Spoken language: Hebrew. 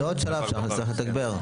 זה עוד שלב שנצטרך לתגבר.